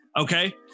okay